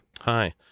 Hi